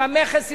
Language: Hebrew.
עם המכס,